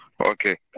Okay